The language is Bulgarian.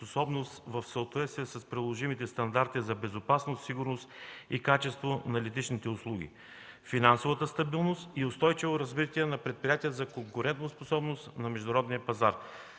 в съответствие с приложимите стандарти за безопасност, сигурност и качество на летищните услуги, финансовата стабилност и устойчиво развитие на предприятието за конкурентоспособност на международния пазар.